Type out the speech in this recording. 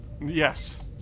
Yes